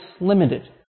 limited